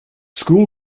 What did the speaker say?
school